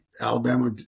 Alabama